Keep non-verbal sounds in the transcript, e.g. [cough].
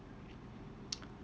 [noise]